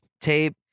tape